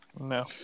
No